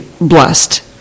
blessed